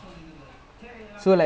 orh